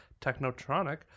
Technotronic